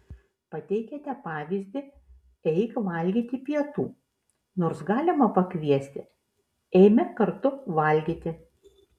pateikiate pavyzdį eik valgyti pietų nors galima pakviesti eime kartu valgyti